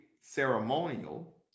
ceremonial